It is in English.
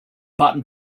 button